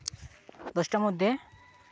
ᱫᱚᱥᱴᱟ ᱢᱚᱫᱽᱫᱷᱮ